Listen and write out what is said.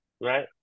right